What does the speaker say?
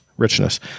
richness